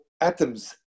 atoms